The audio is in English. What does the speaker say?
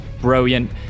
brilliant